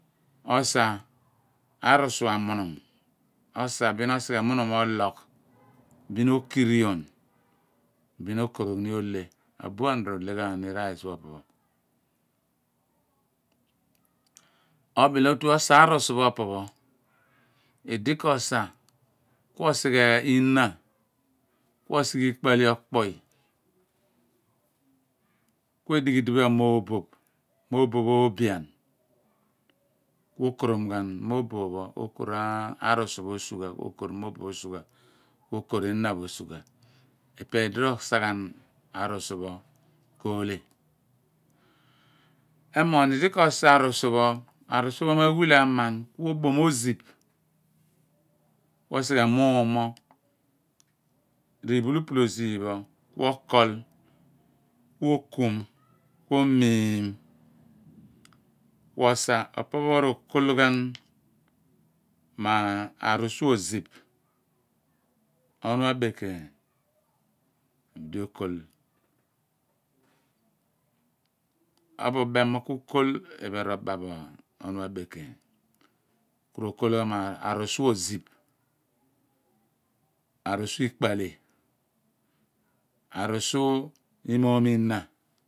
Esa arusu amunum, usa bin osighe munum ologh bin otirion bin okorogh ni ihle abuan ro le ghan ni rice pho opo pho obile otu osa arusu pho opo pho uli ko osa ku osighe ihna ka osighe ikpo ahle okpuy ku adighi uhphe amooboph oobian tu okorom ghan mooboph pho ku okorh arium pho osugha okorh mooboph osugha ku okor ehna pho osugha ipe idi rosa ghan arusu pho ko shie emorgh al idi ko osa arusu pho arusu pho me awila aman ku ubom okiph bin osighe muum no r’ iphulupul oziph pho ku okol ku okum ku omiim ku osa opo pho ro kol ghan mo arusu osiph ohnu abekaany abuli okol ubo mbem mo ku/kol ipe r'oba bo ohnu abeen keeny ku rokol ghan mo arum oziph arusu ikpu ahle arusu iimoom ihna